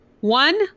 One